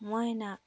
ꯃꯣꯏꯅ